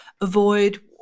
avoid